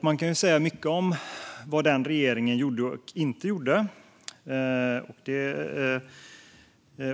Man kan ju säga mycket om vad den regeringen gjorde och inte gjorde.